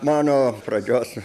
mano pradžios